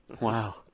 Wow